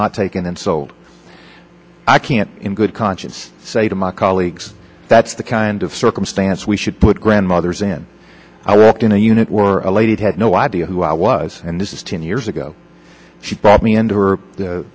not taken and so i can't in good conscience say to my colleagues that's the kind of circumstance we should put grandmothers in i walked in a unit elated had no idea who i was and this is ten years ago she brought me